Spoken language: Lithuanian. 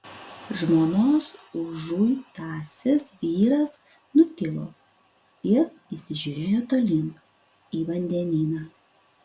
žmonos užuitasis vyras nutilo ir įsižiūrėjo tolyn į vandenyną